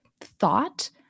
thought